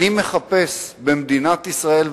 אני מחפש במדינת ישראל,